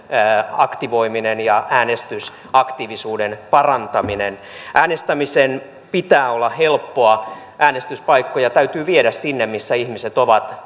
aktivoiminen ja äänestysaktiivisuuden parantaminen äänestämisen pitää olla helppoa äänestyspaikkoja täytyy viedä sinne missä ihmiset ovat